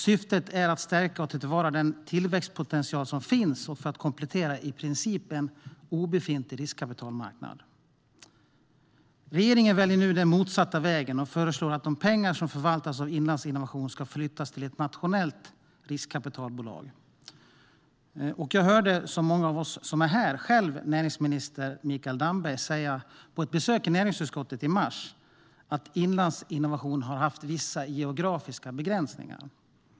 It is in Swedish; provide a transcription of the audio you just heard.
Syftet är att stärka och ta till vara den tillväxtpotential som finns och att komplettera en i princip obefintlig riskkapitalmarknad. Regeringen väljer nu den motsatta vägen och föreslår att de pengar som förvaltas av Inlandsinnovation ska flyttas till ett nationellt riskkapitalbolag. Jag, liksom många av oss som är här, hörde näringsminister Mikael Damberg säga på ett besök i näringsutskottet i mars att Inlandsinnovation har haft vissa geografiska begränsningar.